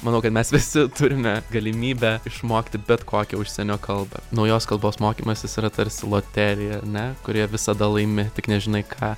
manau kad mes visi turime galimybę išmokti bet kokią užsienio kalbą naujos kalbos mokymasis yra tarsi loterija ar ne kurioje visada laimi tik nežinai ką